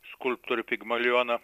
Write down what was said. skulptorių pigmalioną